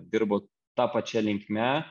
dirbo ta pačia linkme